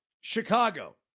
Chicago